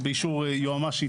באישור יועמ"שית,